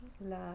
la